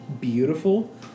beautiful